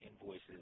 invoices